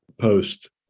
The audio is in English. post